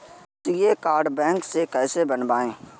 श्रेय card bank से कैसे बनवाएं?